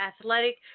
athletic